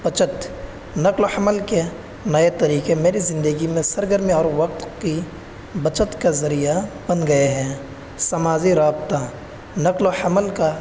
بچت نقل و حمل کے نئے طریقے میری زندگی میں سرگرمی اور وقت کی بچت کا ذریعہ بن گئے ہیں سماجی رابطہ نقل و حمل کا